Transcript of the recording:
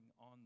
on